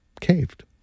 caved